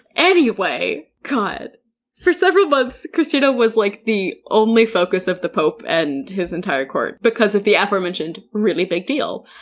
anyway, god for several months, kristina was like the only focus of the pope and his entire court because of the aforementioned really big deal.